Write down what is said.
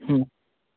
ꯎꯝ